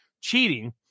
cheating